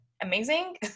amazing